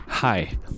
Hi